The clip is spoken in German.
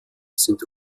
sind